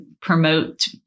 promote